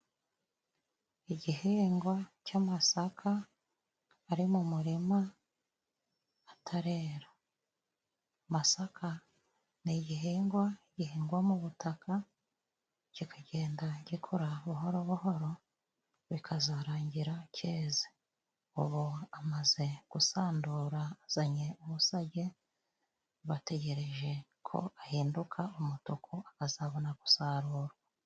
Igihingwa cy'amasaka ari mu murima atarera .Amasaka nigihingwa gihingwamubutaka kikagenda gikura buhoro buhoro bikazarangira cyeza ubu amazegusandura azanye ubusage bategereje ko ahinduka umutuku akazabona gusarura.